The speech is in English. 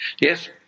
yes